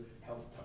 health